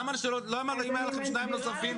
למה שניים נוספים,